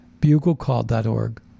buglecall.org